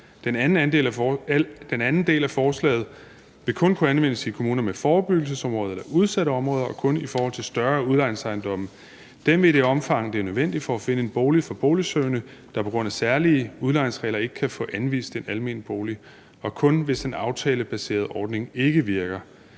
Den anden del af forslaget vil kun kunne anvendes i kommuner med forebyggelsesområder eller udsatte områder og kun i forhold til større udlejningsejendomme, i det omfang det er nødvendigt for at finde en bolig for boligsøgende, der på grund af særlige udlejningsregler ikke kan få anvist en almen bolig, og kun hvis den aftalebaserede ordning ikke virker.